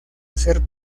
hacer